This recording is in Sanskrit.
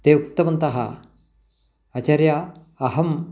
ते उक्तवन्तः आचार्य अहम्